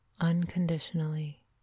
unconditionally